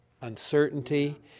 uncertainty